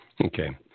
Okay